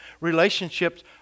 Relationships